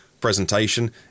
presentation